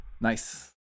Nice